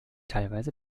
teilweise